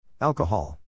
Alcohol